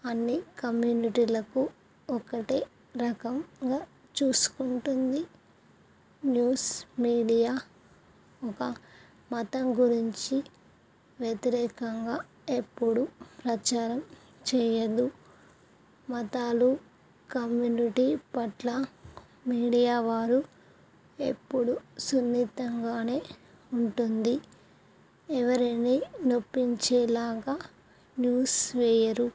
అన్నీ కమ్యూనిటీలకు ఒకటే రకంగా చూసుకుంటుంది న్యూస్ మీడియా ఒక మతం గురించి వ్యతిరేకంగా ఎప్పుడు ప్రచారం చేయదు మతాలు కమ్యూనిటీ పట్ల మీడియా వారు ఎప్పుడు సున్నితంగా ఉంటుంది ఎవరిని నొప్పించే లాగా న్యూస్ వేయరు